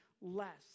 less